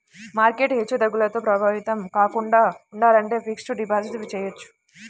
market హెచ్చుతగ్గులతో ప్రభావితం కాకుండా ఉండాలంటే ఫిక్స్డ్ డిపాజిట్ చెయ్యొచ్చు